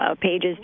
pages